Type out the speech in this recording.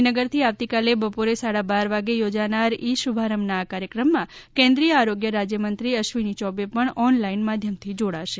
ગાંધીનગરથી આવતીકાલે બપોરે સાડા બાર વાગે યોજાનાર ઇ શુભારંભના આ કાર્યક્રમમાં કેન્દ્રિય આરોગ્ય રાજ્યમંત્રી અશ્વીની ચૌબે પણ ઓનલાઇન માધ્યમથી જોડાશે